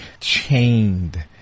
chained